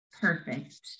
perfect